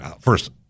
first